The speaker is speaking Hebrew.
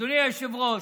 אדוני היושב-ראש,